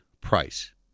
price